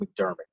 McDermott